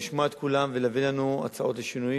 לשמוע את כולם ולהביא לנו הצעות לשינויים.